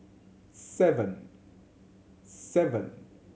seven